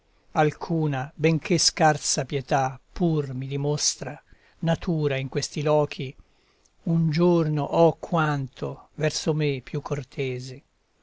alcuna benché scarsa pietà pur mi dimostra natura in questi lochi un giorno oh quanto verso me più cortese